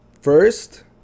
first